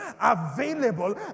available